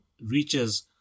reaches